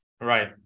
Right